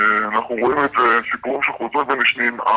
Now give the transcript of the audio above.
אנחנו רואים את זה עם סיפורים שחוזרים ונשנים,